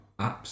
apps